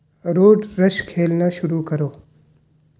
road rush کھیلنا شروع کرو